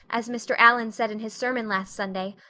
as mr. allan said in his sermon last sunday,